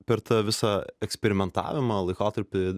per tą visą eksperimentavimą laikotarpį